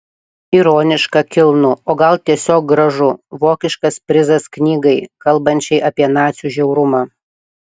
ironiška kilnu o gal tiesiog gražu vokiškas prizas knygai kalbančiai apie nacių žiaurumą